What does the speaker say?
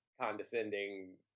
condescending